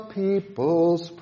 peoples